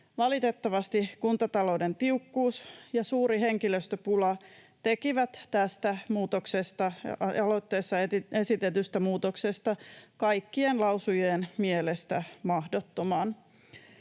Valitettavasti kuntatalouden tiukkuus ja suuri henkilöstöpula tekivät tästä aloitteessa esitetystä muutoksesta kaikkien lausujien mielestä mahdottoman.